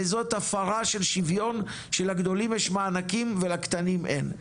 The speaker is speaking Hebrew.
וזו הפרה של שוויון שלגדולים יש מענקים ולקטנים אין.